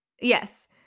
Yes